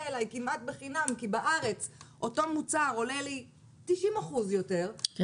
אלי כמעט בחינם כי בארץ אותו מוצר עולה לי 90% יותר,